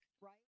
right